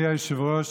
אדוני היושב-ראש,